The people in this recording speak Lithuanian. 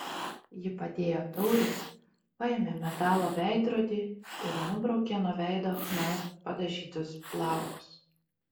ji padėjo taurę paėmė metalo veidrodį ir nubraukė nuo veido chna padažytus plaukus